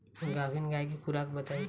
गाभिन गाय के खुराक बताई?